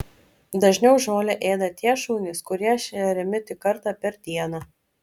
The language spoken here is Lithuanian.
dažniau žolę ėda tie šunys kurie šeriami tik kartą per dieną